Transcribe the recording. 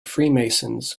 freemasons